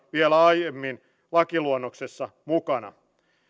vielä aiemmassa lakiluonnoksessa mukana